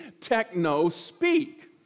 techno-speak